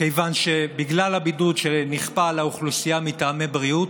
בגלל הבידוד שנכפה על האוכלוסייה מטעמי בריאות.